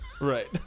Right